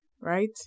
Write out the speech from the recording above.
right